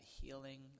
healing